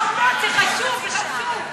התשע"ו 2015,